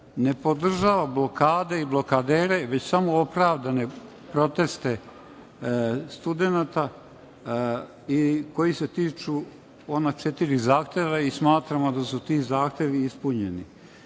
ne podržava blokade i blokadere, već samo opravdane proteste studenata koji se tiču ona četiri zahteva. Smatramo da su ti zahtevi ispunjeni.